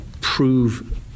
prove